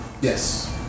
Yes